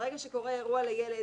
ברגע שקורה אירוע לילד,